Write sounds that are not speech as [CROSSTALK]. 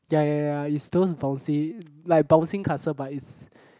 ya ya ya is those bouncy like bouncing castle but is [BREATH]